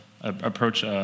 approach